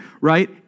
right